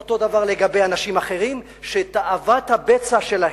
אותו דבר לגבי אנשים אחרים שתאוות הבצע שלהם,